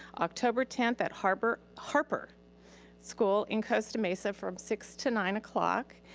october tenth at harper harper school in costa mesa from six to nine o'clock.